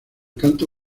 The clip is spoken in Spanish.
canto